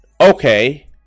Okay